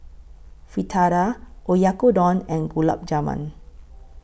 Fritada Oyakodon and Gulab Jamun